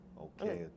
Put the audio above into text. okay